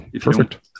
Perfect